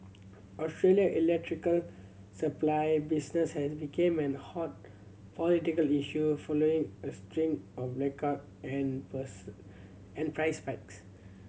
Australia electrical supply business has became an hot political issue following a string of blackout and and price spikes